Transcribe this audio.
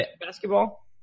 basketball